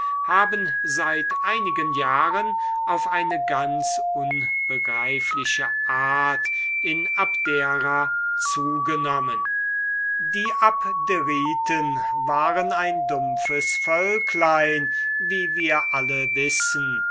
haben seit einigen jahren auf eine ganz unbegreifliche art in abdera zugenommen die abderiten waren ein dumpfes völklein wie wir alle wissen